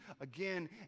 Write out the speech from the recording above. again